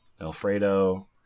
Alfredo